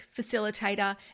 Facilitator